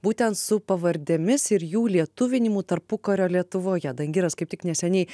būtent su pavardėmis ir jų lietuvinimu tarpukario lietuvoje dangiras kaip tik neseniai